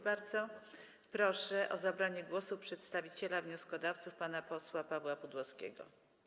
Bardzo proszę o zabranie głosu przedstawiciela wnioskodawców pana posła Pawła Pudłowskiego.